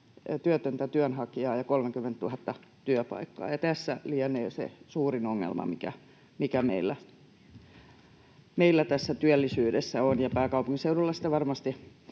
työtöntä työnhakijaa ja 30 000 työpaikkaa. Tässä lienee se suurin ongelma, mikä meillä tässä työllisyydessä on, ja pääkaupunkiseudulla sitä varmasti